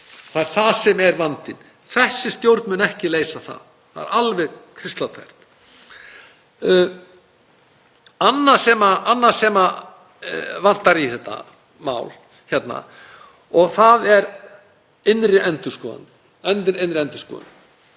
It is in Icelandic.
Það er það sem er vandinn. Þessi stjórn mun ekki leysa það. Það er alveg kristaltært. Annað sem vantar í þetta mál er innri endurskoðun.